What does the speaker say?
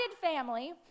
family